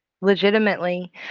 legitimately